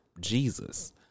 Jesus